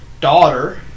daughter